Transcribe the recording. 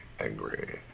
angry